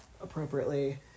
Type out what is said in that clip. appropriately